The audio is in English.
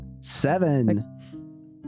Seven